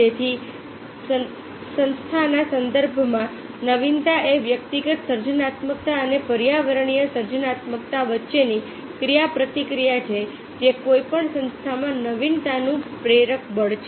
તેથી સંસ્થાના સંદર્ભમાં નવીનતા એ વ્યક્તિગત સર્જનાત્મકતા અને પર્યાવરણીય સર્જનાત્મકતા વચ્ચેની ક્રિયાપ્રતિક્રિયા છે જે કોઈપણ સંસ્થામાં નવીનતાનું પ્રેરક બળ છે